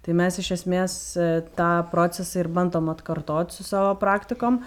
tai mes iš esmės tą procesą ir bandom atkartot su savo praktikom